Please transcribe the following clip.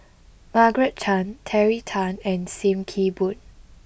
Margaret Chan Terry Tan and Sim Kee Boon